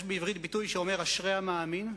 יש בעברית ביטוי שאומר "אשרי המאמין".